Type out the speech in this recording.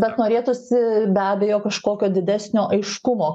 bet norėtųsi be abejo kažkokio didesnio aiškumo